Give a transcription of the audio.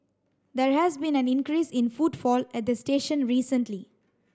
there has been an increase in footfall at the station recently